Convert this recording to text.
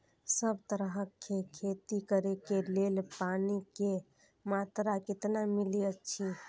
सब तरहक के खेती करे के लेल पानी के मात्रा कितना मिली अछि?